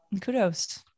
Kudos